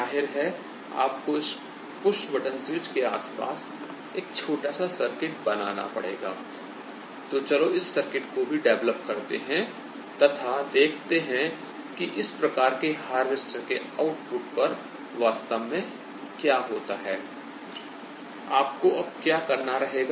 जाहिर है आपको इस पुश बटन स्विच के आसपास एक छोटा सा सर्किट बनाना पड़ेगा तो चलो इस सर्किट को भी डेवेलप करते हैं तथा देखते हैं कि इस प्रकार के हार्वेस्टर के आउटपुट पर वास्तव में क्या होता है I आपको अब क्या करना रहेगा